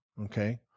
Okay